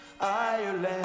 Ireland